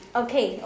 okay